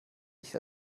nicht